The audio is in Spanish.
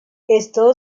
esto